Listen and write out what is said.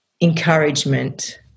encouragement